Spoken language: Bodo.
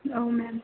औ मेम